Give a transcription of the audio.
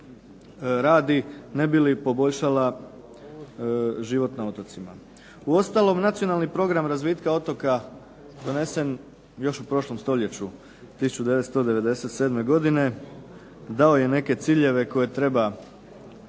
radi ne bi li poboljšala život na otocima. Uostalom nacionalni program razvitka otoka donesen još u prošlom stoljeću 1997. godine, dao je neke ciljeve koje treba